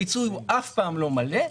הפיצוי אף פעם לא מלא,